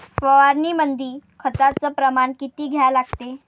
फवारनीमंदी खताचं प्रमान किती घ्या लागते?